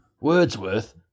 Wordsworth